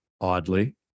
oddly